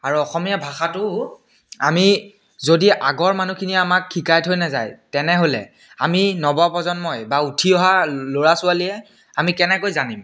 আৰু অসমীয়া ভাষাটো আমি যদি আগৰ মানুহখিনিয়ে আমাক শিকাই থৈ নাযায় তেনেহ'লে আমি নৱ প্ৰজন্মই বা উঠি অহা ল'ৰা ছোৱালীয়ে আমি কেনেকৈ জানিম